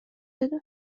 عهده